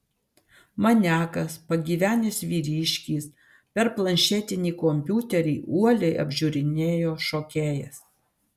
maniakas pagyvenęs vyriškis per planšetinį kompiuterį uoliai apžiūrinėjo šokėjas